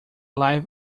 live